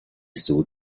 صعود